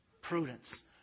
Prudence